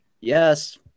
Yes